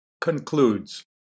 Concludes